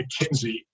McKinsey